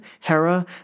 Hera